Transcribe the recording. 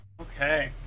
Okay